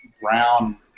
brown